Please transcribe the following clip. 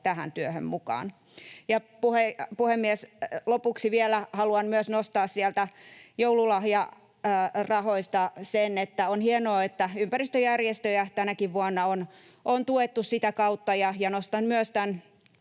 tähän työhön mukaan. Puhemies! Lopuksi vielä haluan myös nostaa sieltä joululahjarahoista sen, että on hienoa, että ympäristöjärjestöjä tänäkin vuonna on sitä kautta tuettu. Nostan myös tämän